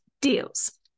deals